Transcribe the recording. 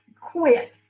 quit